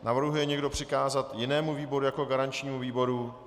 Navrhuje někdo přikázat i jinému výboru jako garančnímu výboru?